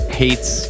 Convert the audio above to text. hates